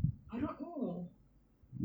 I don't know